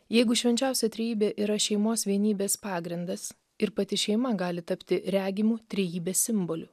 jeigu švenčiausia trejybė yra šeimos vienybės pagrindas ir pati šeima gali tapti regimu trejybės simboliu